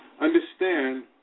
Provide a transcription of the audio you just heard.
understand